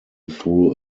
through